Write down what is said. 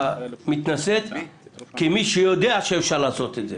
המתנשאת כמי שיודע שאפשר לעשות את זה.